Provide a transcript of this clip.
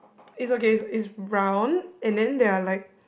is okay is is round and then there are like